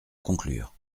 conclure